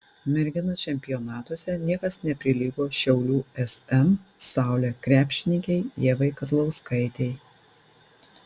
merginų čempionatuose niekas neprilygo šiaulių sm saulė krepšininkei ievai kazlauskaitei